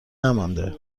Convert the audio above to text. نمانده